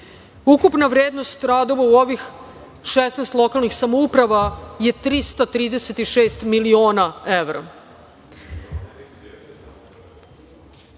Ukupna vrednost radova u ovih 16 lokalnih samouprava je 336 miliona